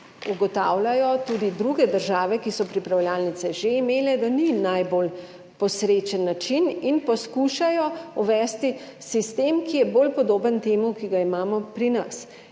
ugotavljajo tudi druge države, ki so pripravljalnice že imele, da ni najbolj posrečen način, in poskušajo uvesti sistem, ki je bolj podoben temu, ki ga imamo pri nas.